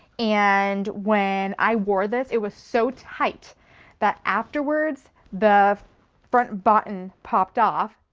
and when i wore this, it was so tight that afterwards the front button popped off,